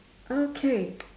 okay